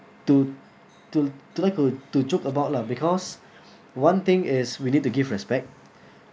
to to to like to to joke about lah because one thing is we need to give respect